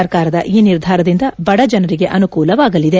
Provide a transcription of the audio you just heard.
ಸರ್ಕಾರದ ಈ ನಿರ್ಧಾರದಿಂದ ಬಡಜನರಿಗೆ ಅನುಕೂಲವಾಗಿದೆ